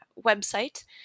website